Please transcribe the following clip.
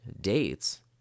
dates